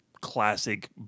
classic